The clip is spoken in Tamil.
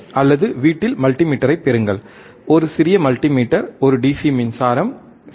அல்லது வீட்டில் மல்டிமீட்டரைப் பெறுங்கள் ஒரு சிறிய மல்டிமீட்டர் ஒரு டிசி மின்சாரம் சரி